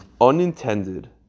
unintended